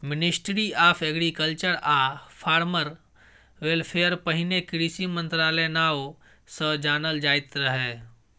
ministry of agriculture आ farmer welfare पहिने कृषि मंत्रालय नाओ सँ जानल जाइत रहय